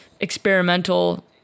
experimental